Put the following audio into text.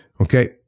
Okay